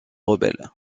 rebelles